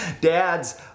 Dads